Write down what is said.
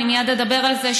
אני מייד אדבר על זה,